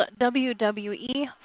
WWE